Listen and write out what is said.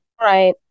Right